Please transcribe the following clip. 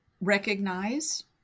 recognize